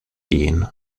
gehen